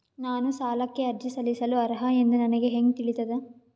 ನಾನು ಸಾಲಕ್ಕೆ ಅರ್ಜಿ ಸಲ್ಲಿಸಲು ಅರ್ಹ ಎಂದು ನನಗೆ ಹೆಂಗ್ ತಿಳಿತದ?